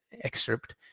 excerpt